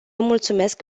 mulțumesc